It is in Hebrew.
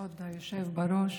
כבוד היושב-ראש,